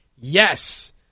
Yes